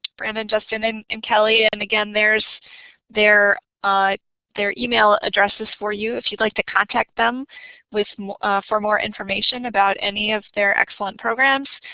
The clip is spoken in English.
brandon, justin, and and kelly and again there's their ah their email addresses for you if you'd like to contact them for more information about any of their excellent programs.